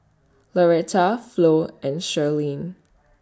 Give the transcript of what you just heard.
Lauretta Flo and Sherlyn